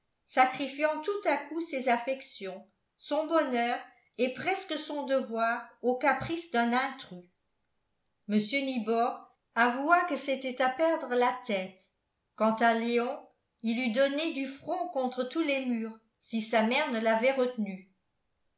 sacrifiant tout à coup ses affections son bonheur et presque son devoir au caprice d'un intrus mr nibor avoua que c'était à perdre la tête quant à léon il eut donné du front contre tous les murs si sa mère ne l'avait retenu